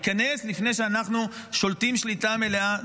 ייכנס לפני שאנחנו שולטים שליטה מלאה,